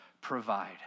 provide